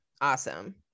awesome